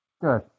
Good